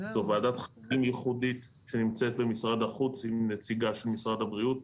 זו ועדת חריגים ייחודית שנמצאת במשרד החוץ עם נציגה של משרד הבריאות,